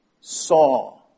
saw